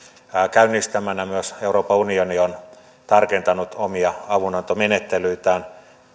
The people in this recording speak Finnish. käynnistämänä myös euroopan unioni on tarkentanut omia avunantomenettelyitään